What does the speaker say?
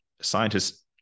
scientists